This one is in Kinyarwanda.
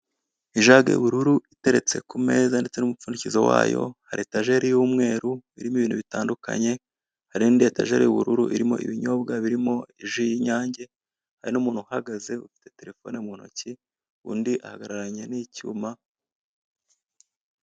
Ijage y'ubururu iteretse kumeza ndetse n'umupfundikizo wayo hari etajeri y'umweru irimo ibintu bitandukanye, hari nindi etajeri y'ubururu irimo ibinyobwa birimo ji y'inyange hari n'umuntu uhagaze ufite telefone muntoki undi ahagararanye n'icyuma.